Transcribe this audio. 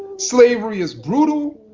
slavery is brutal,